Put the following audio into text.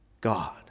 God